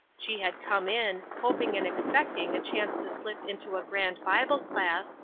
she had come in, hoping and expecting a chance to slip into a grand bible class,